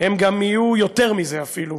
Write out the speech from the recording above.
הם גם יהיו יותר מזה אפילו.